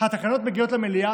התקנות מגיעות למליאה.